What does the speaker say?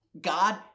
God